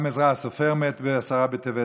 גם עזרא הסופר מת בעשרה בטבת,